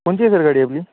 कोणती आहे सर गाडी आपली